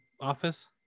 office